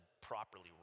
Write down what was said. properly